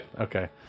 Okay